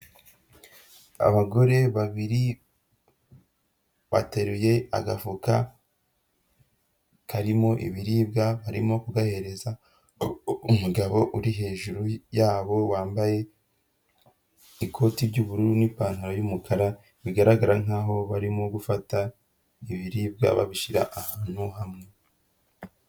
Abagore babiri bateruye agafuka karimo ibiribwa, barimo kugahereza umugabo uri hejuru yabo, wambaye ikoti ry'ubururu n'ipantaro y'umukara, bigaragara nkaho barimo gufata ibiribwa babishyira ahantu hamwe.